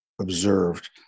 observed